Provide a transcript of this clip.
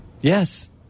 Yes